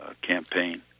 campaign